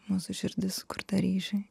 mūsų širdis sukurta ryšiui